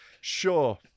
Sure